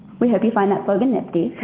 we hope you find that slogan nifty.